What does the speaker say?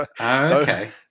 Okay